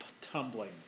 tumbling